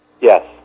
Yes